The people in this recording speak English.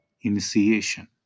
initiation